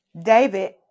David